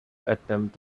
attempt